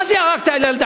מה זה "ירקת על ילדה"?